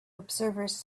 observers